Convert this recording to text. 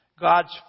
God's